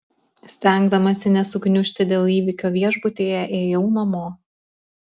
stengdamasi nesugniužti dėl įvykio viešbutyje ėjau namo